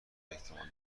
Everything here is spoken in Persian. احتمال